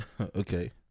Okay